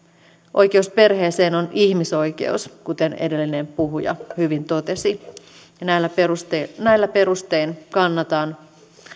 oikeus perheeseen on ihmisoikeus kuten edellinen puhuja hyvin totesi näillä perustein kannatan